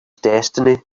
destiny